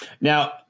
Now